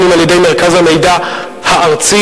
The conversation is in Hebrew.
אם על-ידי מרכז המידע הארצי